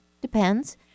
depends